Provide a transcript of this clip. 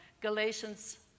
galatians